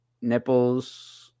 nipples